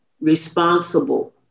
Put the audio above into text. responsible